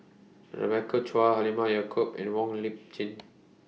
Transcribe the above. Rebecca Chua Halimah Yacob and Wong Lip Chin